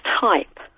type